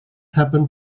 happened